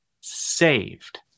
saved